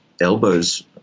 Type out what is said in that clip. elbows